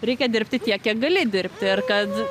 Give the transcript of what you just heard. reikia dirbti tiek kiek gali dirbti ir kad